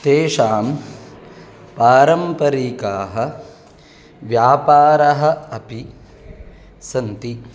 तेषां पारम्परिकः व्यापारः अपि सन्ति